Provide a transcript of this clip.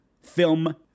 film